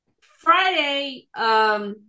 Friday